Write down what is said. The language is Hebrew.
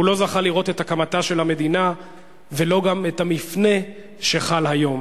הוא לא זכה לראות את הקמתה של המדינה וגם לא את המפנה שחל היום".